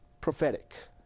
prophetic